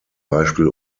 beispiel